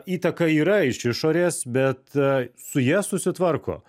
įtaka yra iš išorės bet su ja susitvarko